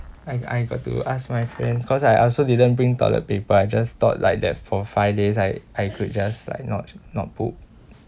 I I got to ask my friend cause I also didn't bring toilet paper I just thought like that for five days I I could just like not not poop